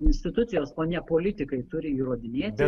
institucijos o ne politikai turi įrodinėti